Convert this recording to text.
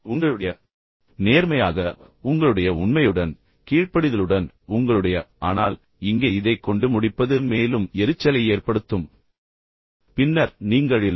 உங்களுடைய நேர்மையாக உங்களுடைய உண்மையுடன் கீழ்ப்படிதலுடன் உங்களுடைய ஆனால் இங்கே இதைக் கொண்டு முடிப்பது மேலும் எரிச்சலை ஏற்படுத்தும் பின்னர் நீங்கள் இல்லை